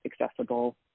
accessible